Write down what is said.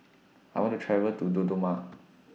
I want to travel to Dodoma